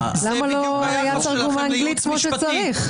למה לא היה תרגום באנגלית כמו שצריך?